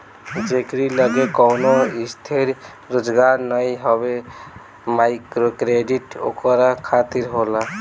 जेकरी लगे कवनो स्थिर रोजगार नाइ हवे माइक्रोक्रेडिट ओकरा खातिर होला